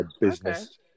business